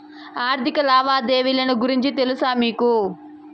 ఆర్థిక లావాదేవీల గురించి తెలుసా మీకు